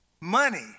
money